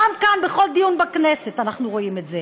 גם כאן, בכל דיון בכנסת, אנחנו רואים את זה.